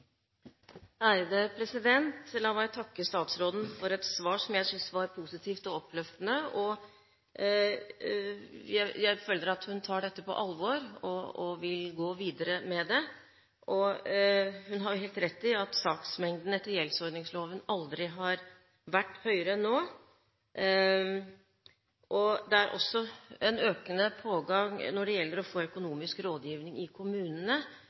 alvor og vil gå videre med det. Hun har helt rett i at saksmengden etter gjeldsordningsloven aldri har vært høyere enn nå. Det er også en økende pågang når det gjelder å få økonomisk rådgivning i kommunene,